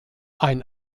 ein